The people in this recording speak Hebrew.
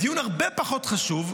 בדיון הרבה פחות חשוב,